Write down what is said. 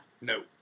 No